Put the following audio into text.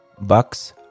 Bucks